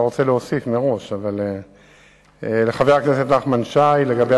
2009): החלטת הממשלה משנת 2003 מחייבת